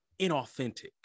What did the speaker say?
inauthentic